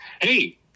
Hey